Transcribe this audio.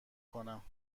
کنم